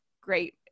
great